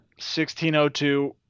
1602